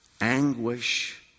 anguish